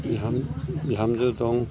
Biham बिहामजो दं